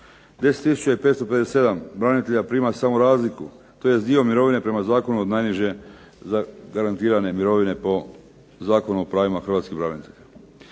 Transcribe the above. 10557 branitelja prima samo razliku, tj. dio mirovine prema zakonu od najniže zagarantirane mirovine po Zakonu o pravima hrvatskih branitelja.